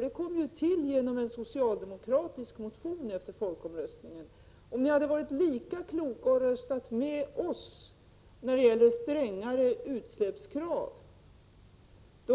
Det förslaget fördes fram i en socialdemokratisk motion efter folkomröstningen. Om ni hade varit lika kloka och röstat med oss när det gällde strängare utsläppskrav,